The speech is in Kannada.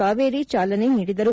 ಕಾವೇರಿ ಚಾಲನೆ ನೀಡಿದರು